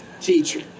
Teacher